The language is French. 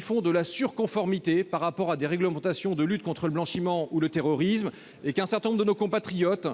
font de la surconformité par rapport à des réglementations de lutte contre le blanchiment ou le terrorisme. Ainsi, un certain nombre de nos compatriotes,